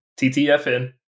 TTFN